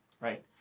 right